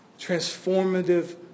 Transformative